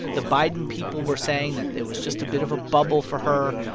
the biden people were saying that there was just a bit of a bubble for her.